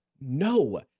no